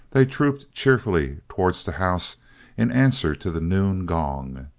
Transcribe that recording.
they trooped cheerfully towards the house in answer to the noon-gong.